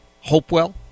hopewell